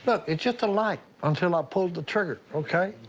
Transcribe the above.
but it's just a light until i pull the trigger, okay?